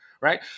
right